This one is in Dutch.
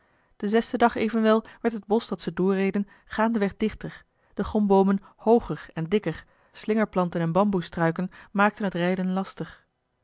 den zesden dag evenwel werd het bosch dat ze doorreden gaandeweg dichter de gomboomen hooger en dikker slingerplanten en bamboesstruiken maakten het rijden lastig